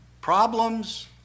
Problems